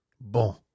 Bon